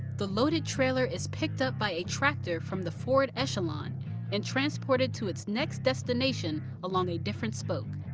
the loaded trailer is picked up by a tractor from the forward echelon and transported to its next destination along a different spoke.